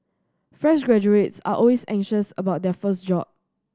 fresh graduates are always anxious about their first job